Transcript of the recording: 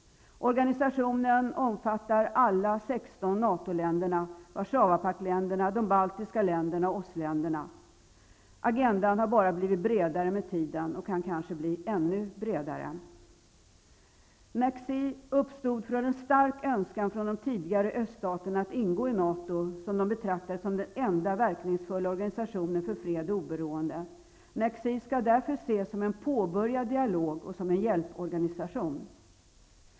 Organisationen omfattar alla 16 NATO-länderna, Warszawapaktländerna, de baltiska länderna och OSS-länderna. Agendan har bara blivit tjockare med tiden och kan kanske bli ännu tjockare. NACC uppstod utifrån en stark önskan från den tidigare öststaterna att ingå i NATO, som de betraktade som den enda verkningsfulla organisationen för fred och oberoende. NACC skall därför ses som en påbörjad dialog och som en hjälporganisation.